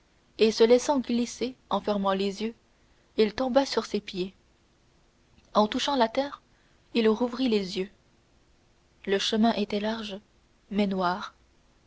et se laissant glisser en fermant les yeux il tomba sur ses pieds en touchant la terre il rouvrit les yeux le chemin était large mais noir